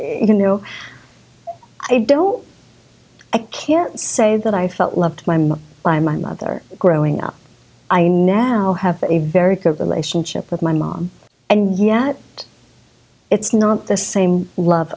you know i don't i can't say that i felt loved by my mother growing up i now have a very good relationship with my mom and yet it's not the same love